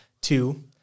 Two